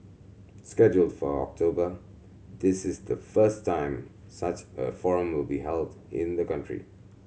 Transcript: scheduled for October this is the first time such a forum will be held in the country